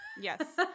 Yes